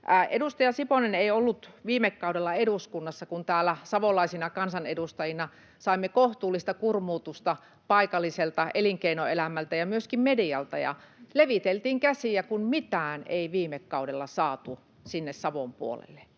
Edustaja Siponen ei ollut viime kaudella eduskunnassa, kun täällä savolaisina kansanedustajina saimme kohtuullista kurmuutusta paikalliselta elinkeinoelämältä ja myöskin medialta, ja leviteltiin käsiä, kun mitään ei viime kaudella saatu sinne Savon puolelle,